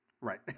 Right